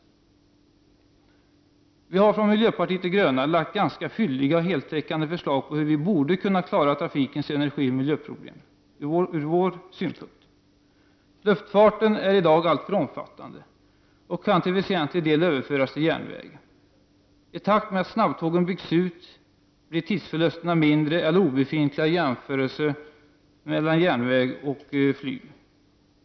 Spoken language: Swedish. Vi har från miljöpartiet de gröna lagt fram ganska fylliga och heltäckande förslag om hur vi borde kunna lösa trafikens energioch miljöproblem — ur vår synpunkt. Luftfarten är i dag alltför omfattande. Luftfartstrafiken kan till väsentlig del överföras till järnväg. I takt med att snabbtågen byggs ut blir tidsförlusterna mindre eller obefintliga om man jämför järnväg och flyg.